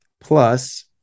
plus